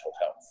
health